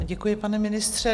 Děkuji, pane ministře.